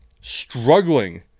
struggling